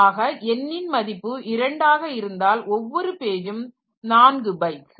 ஆக n ன் மதிப்பு 2 ஆக இருந்தால் ஒவ்வொரு பேஜும் 4 பைட்ஸ்